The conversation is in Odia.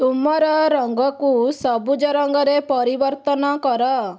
ତୁମର ରଙ୍ଗକୁ ସବୁଜ ରଙ୍ଗରେ ପରିବର୍ତ୍ତନ କର